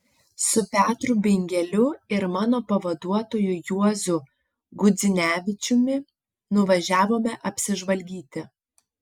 su petru bingeliu ir mano pavaduotoju juozu gudzinevičiumi nuvažiavome apsižvalgyti